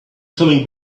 coming